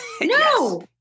No